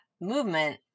movement